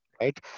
right